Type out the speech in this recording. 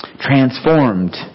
transformed